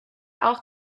auch